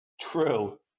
True